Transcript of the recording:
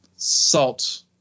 salt